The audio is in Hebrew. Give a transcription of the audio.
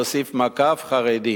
תוסיף: מקף, חרדים,